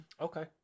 okay